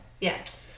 Yes